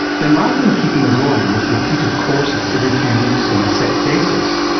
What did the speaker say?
then rather than keeping going with repeated courses every few weeks on a set basis,